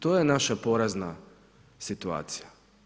To je naša porazna situacija.